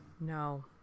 No